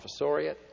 Professoriate